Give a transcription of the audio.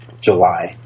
July